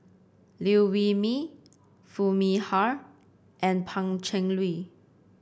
Liew Wee Mee Foo Mee Har and Pan Cheng Lui